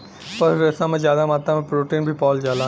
पशु रेसा में जादा मात्रा में प्रोटीन भी पावल जाला